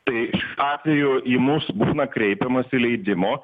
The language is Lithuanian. tai atveju į mūs būna kreipiamasi leidimo